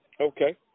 Okay